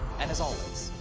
and, as always,